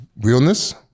realness